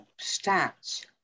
stats